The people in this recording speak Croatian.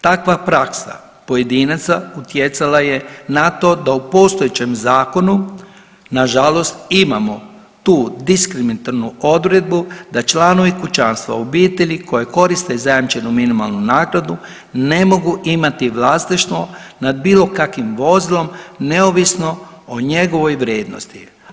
Takva praksa pojedinaca utjecala je na to da u postojećem zakonu na žalost imamo tu diskriminatornu odredbu da članovi kućanstva, obitelji koje koriste zajamčenu minimalnu naknadu ne mogu imati vlasništvo nad bilo kakvim vozilom neovisno o njegovoj vrijednosti.